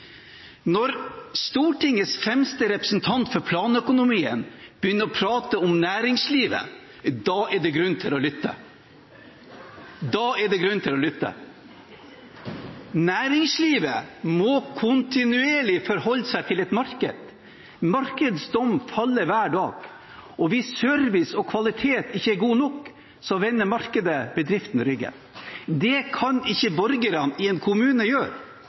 Når Stortingets fremste representant for planøkonomien begynner å prate om næringslivet, da er det grunn til å lytte – da er det grunn til å lytte. Næringslivet må kontinuerlig forholde seg til et marked, markedets dom faller hver dag. Hvis service og kvalitet ikke er god nok, vender markedet bedriftene ryggen. Det kan ikke borgerne i en kommune gjøre,